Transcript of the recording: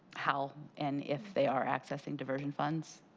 how and if they are accessing diversion funds?